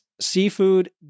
seafood